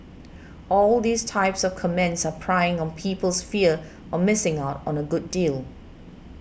all these type of comments are preying on people's fear on missing out on a good deal